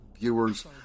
viewers